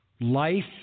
life